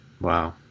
Wow